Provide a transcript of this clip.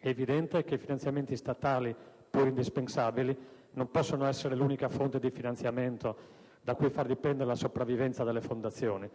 È evidente che i finanziamenti statali, pur indispensabili, non possono essere l'unica fonte di finanziamento da cui far dipendere la sopravvivenza delle fondazioni.